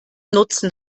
nutzen